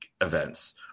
events